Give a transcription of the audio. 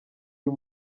uyu